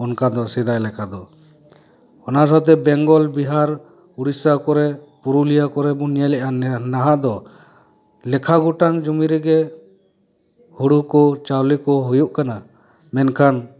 ᱚᱱᱠᱟ ᱫᱚ ᱥᱮᱫᱟᱭ ᱞᱮᱠᱟ ᱫᱚ ᱚᱱᱟ ᱥᱟᱶᱛᱮ ᱵᱮᱝᱜᱚᱞ ᱵᱤᱦᱟᱨ ᱳᱲᱤᱥᱟ ᱠᱚᱨᱮ ᱯᱩᱨᱩᱞᱤᱭᱟ ᱠᱚᱨᱮ ᱵᱚᱱ ᱧᱮᱞᱮᱜᱼᱟ ᱱᱟᱦᱟᱜ ᱫᱚ ᱞᱟᱠᱷᱟ ᱜᱚᱴᱟᱝ ᱡᱚᱢᱤ ᱨᱮᱜᱮ ᱦᱩᱲᱤ ᱠᱚ ᱪᱟᱣᱞᱮ ᱠᱚ ᱦᱩᱭᱩᱜ ᱠᱟᱱᱟ ᱢᱮᱱᱠᱷᱟᱱ